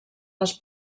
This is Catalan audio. les